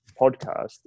podcast